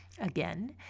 again